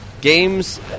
Games